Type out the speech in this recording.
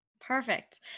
Perfect